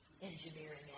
Engineering